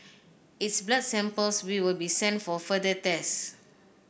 its blood samples will be sent for further tests